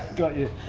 got you,